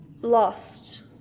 Lost